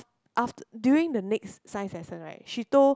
after during the next science lesson right she told